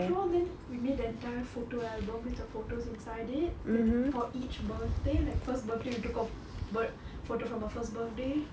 after all then we made the entire photo album with the photos inside it for each birthday like first birthday we took off birthday photo for the first birthday